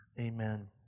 Amen